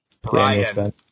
Brian